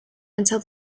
until